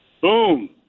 Boom